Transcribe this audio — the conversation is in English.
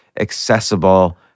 accessible